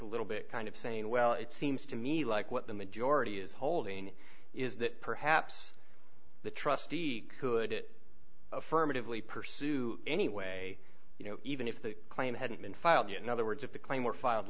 a little bit kind of saying well it seems to me like what the majority is holding is that perhaps the trustee could it affirmatively pursue anyway you know even if the claim hadn't been filed yet in other words if a claim were filed